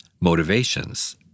Motivations